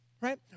right